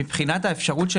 מבחינת האפשרות,